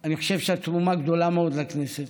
שאני חושב שאת תרומה גדולה מאוד לכנסת.